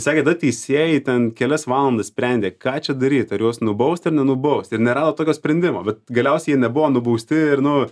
sakė tada teisėjai ten kelias valandas sprendė ką čia daryt ar juos nubaust ar nenubaust ir nerado tokio sprendimo bet galiausiai jie nebuvo nubausti ir nu